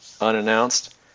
unannounced